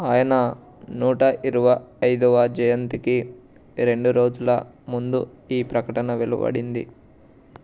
ఆయన నూట ఇరవై ఐదవ జయంతికి రెండు రోజుల ముందు ఈ ప్రకటన వెలువడింది